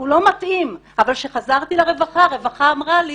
אבל כשחזרתי לרווחה הרווחה אמרה לי